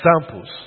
examples